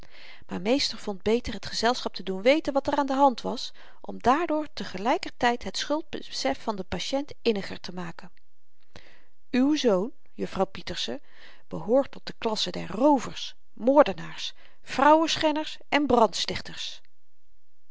maar meester vond beter het gezelschap te doen weten wat er aan de hand was om daardoor te gelyker tyd het schuldbesef van den patiënt inniger te maken uw zoon juffrouw pieterse behoort tot de klasse der roovers moordenaars vrouwenschenners en brandstichters